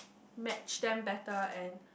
matched them better and